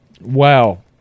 Wow